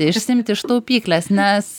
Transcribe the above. išsiimti iš taupyklės nes